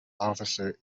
officer